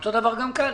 אותו דבר גם כאן.